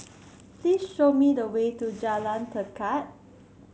please show me the way to Jalan Tekad